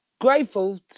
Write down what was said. grateful